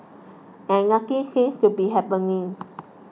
and nothing seems to be happening